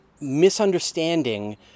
misunderstanding